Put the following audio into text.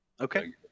Okay